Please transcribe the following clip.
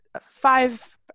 five